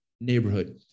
neighborhood